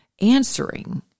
answering